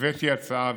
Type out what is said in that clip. הבאתי הצעה,